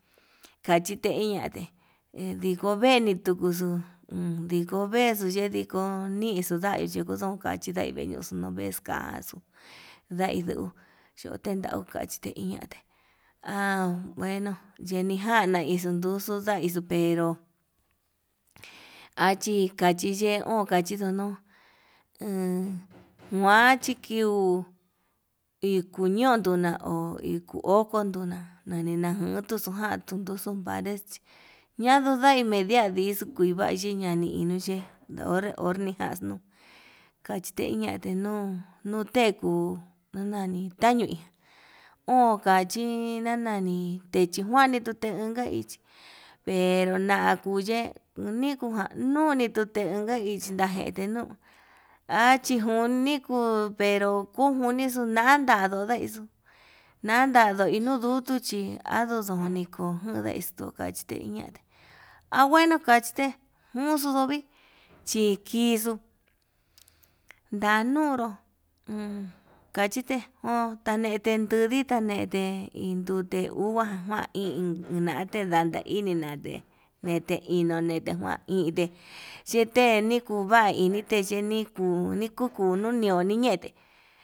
Kachite iinñate ndediko veni tukuxu, uun ndiko vexuu ndediko nixuu ndai ndikoyonka chindai vexuu nuveix ka'a xuu ndaidu, choto katiche iñate an nguno yenikana uxun duu nduxuu ndaixu pero achi kachiye kachiyuno, uun njuan chitio ikoñon nduna ho'o ikoñonduna nani njuntu xukuandu tuntuxu panre ñan i niñadixu kuuvai xhiñani ini, nuye onre onre jaxnuu kachite ñatee nuu nutenguu nanani tañui ho kachi nakuani tetujani chitenja hi, pero nakuye unikujan noni tutenga ichi yete nuu achi njuni enkunveru ñenii tuna nandadu ndeixuu, nadandu inuu yutuu chí andudoni kuu ján ndeixu kachi teñati anguenuu kachite nuuxu dovi chikixuu ndanuru uun kachite, non tandete kundina nete iin nduti uva, iin indate indan nduva nate ndeinonete nguan inte xhiteni kuu uva'a inete chikuu uni kukunu inioni nete.